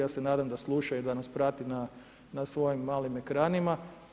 Ja se nadam da sluša i da nas prati na svojim malim ekranima.